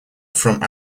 from